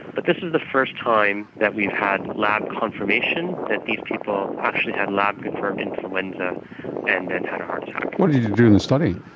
but this is the first time that we've had lab confirmation that these people actually had lab confirmed influenza and then had a heart attack. what did you do in the study?